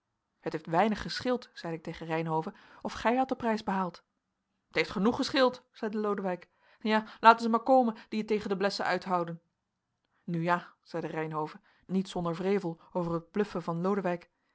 het heeft weinig gescheeld zeide ik tegen reynhove of gij hadt den prijs behaald t heeft genoeg gescheeld zeide lodewijk ja laten zij maar komen die het tegen de blessen uithouden nu ja zeide reynhove niet zonder wrevel over het bluffen van lodewijk